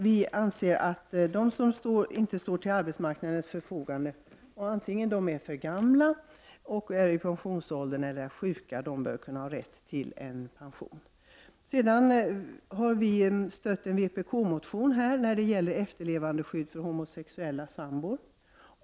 Vi anser därför att de invandrare som inte står till arbetsmarknadens förfogande — gamla eller sjuka — skall ha rätt till en pension. Vi har även stött en vpk-motion som gäller efterlevandeskydd för homosexuella sambor.